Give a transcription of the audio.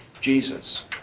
Jesus